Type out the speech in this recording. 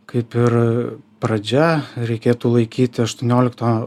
kaip ir pradžia reikėtų laikyt aštuoniolikto